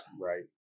Right